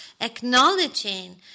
Acknowledging